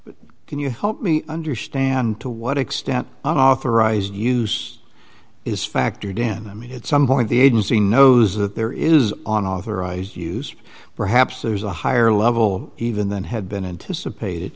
but can you help me understand to what extent authorized use is fact or damn i mean it's some point the agency knows that there is authorize use perhaps there's a higher level even than had been anticipated